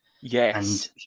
yes